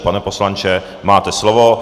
Pane poslanče, máte slovo.